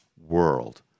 world